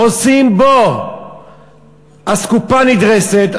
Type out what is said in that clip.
עושים אותו אסקופה נדרסת,